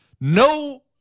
No